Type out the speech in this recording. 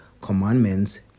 commandments